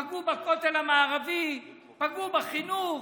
פגעו בכותל המערבי, פגעו בחינוך,